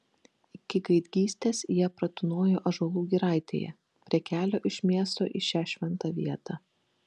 iki gaidgystės jie pratūnojo ąžuolų giraitėje prie kelio iš miesto į šią šventą vietą